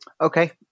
Okay